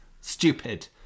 stupid